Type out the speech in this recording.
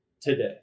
today